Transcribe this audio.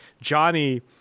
Johnny